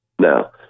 Now